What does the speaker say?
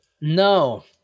No